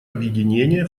объединения